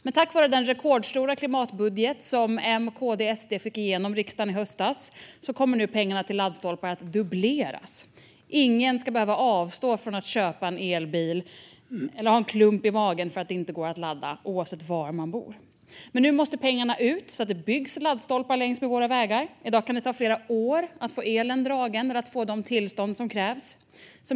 Men tack vare den rekordstora klimatbudget som M, KD och SD fick igenom i riksdagen i höstas kommer nu pengarna till laddstolpar att dubbleras. Ingen ska behöva avstå från att köpa en elbil eller ha en klump i magen för att det inte går att ladda, oavsett var man bor. Nu måste dock pengarna ut så att det byggs laddstolpar längs våra vägar. I dag kan det ta flera år att få elen dragen eller att få de tillstånd som krävs.